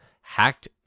hacked